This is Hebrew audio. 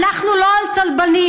אנחנו לא הצלבנים,